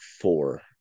four